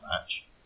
match